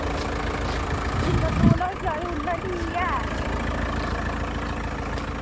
जिन्ना तौला होई जा उन्ना ठीक ऐ